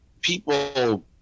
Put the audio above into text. people